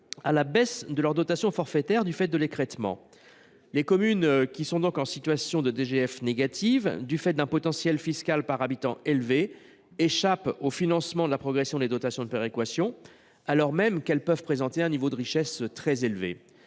à la baisse de leur dotation forfaitaire du fait de l’écrêtement. Les communes qui ont donc une DGF négative en raison d’un potentiel fiscal par habitant élevé échappent au financement de la progression des dotations de péréquation, alors même qu’elles peuvent présenter un niveau de richesse très élevé.